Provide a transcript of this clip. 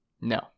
no